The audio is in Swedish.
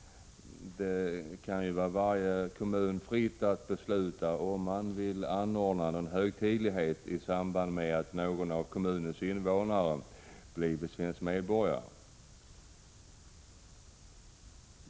— det kan ju stå varje kommun fritt att besluta om man vill anordna en högtidlighet i samband med att någon av kommunens invånare blir svensk medborgare.